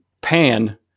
Pan